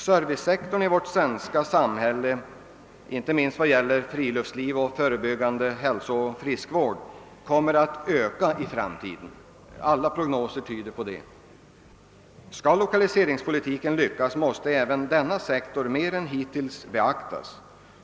Servicesektorn i vårt svenska samhälle — inte minst vad gäller friluftsliv och förebyggande hälsovård, s.k. friskvård — kommer att öka i framtiden. Alla prognoser tyder på det. Skall lokaliseringspolitiken lyckas, måste denna sektor mer än hittills beaktas.